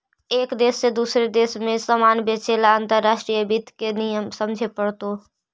एक देश से दूसरे देश में सामान बेचे ला अंतर्राष्ट्रीय वित्त के नियम समझे पड़तो